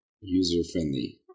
user-friendly